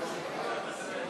קצת אחרי התקציב.